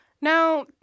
Now